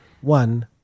one